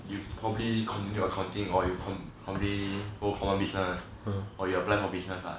you probably continue your accounting or you con~ continue common business or you apply for business lah